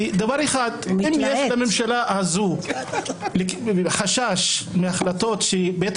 כי אם יש לממשלה הזאת חשש מהחלטות שבית